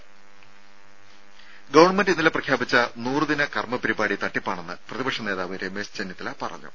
രുര ഗവൺമെന്റ് ഇന്നലെ പ്രഖ്യാപിച്ച നൂറുദിന കർമ്മ പരിപാടി തട്ടിപ്പാണെന്ന് പ്രതിപക്ഷ നേതാവ് രമേശ് ചെന്നിത്തല പറഞ്ഞു